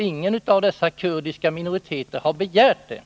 Ingen av dessa kurdiska minoriteter har begärt detta.